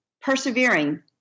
persevering